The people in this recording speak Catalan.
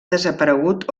desaparegut